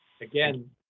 again